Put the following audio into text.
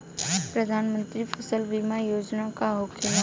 प्रधानमंत्री फसल बीमा योजना का होखेला?